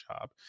job